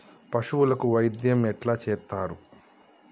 పశువులకు వైద్యం ఎట్లా చేత్తరు?